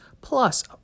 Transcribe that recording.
plus